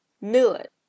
Millet